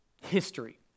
history